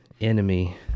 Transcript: enemy